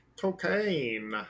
cocaine